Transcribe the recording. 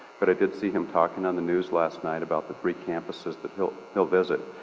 but i did see him talking on the news last night about the three campuses that he'll he'll visit.